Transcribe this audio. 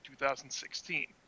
2016